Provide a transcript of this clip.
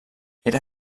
era